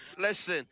Listen